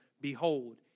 Behold